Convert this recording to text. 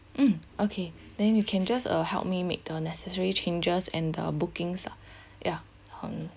mm okay then you can just uh help me make the necessary changes and the bookings lah ya